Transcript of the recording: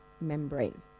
membrane